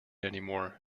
anymore